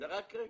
רק רגע.